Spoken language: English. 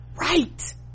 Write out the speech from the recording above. right